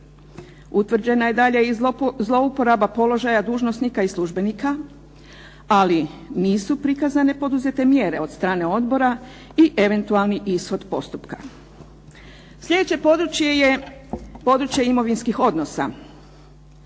Utvrđena je dalje zlouporaba položaja državnih dužnosnika i službenika ali nisu prikazane poduzete mjere od strane Odbora i eventualni ishod postupka. Sljedeće područje je područje imovinskih odnosa,